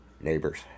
Neighbors